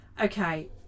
Okay